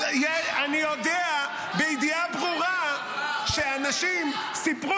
------ אני יודע בידיעה ברורה שאנשים סיפרו